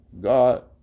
god